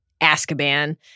Azkaban